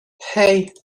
hey